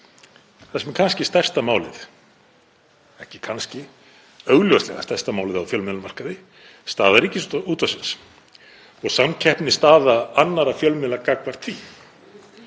það sem er kannski stærsta málið — ekki kannski heldur augljóslega stærsta málið á fjölmiðlamarkaði, staða Ríkisútvarpsins og samkeppnisstaða annarra fjölmiðla gagnvart